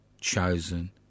chosen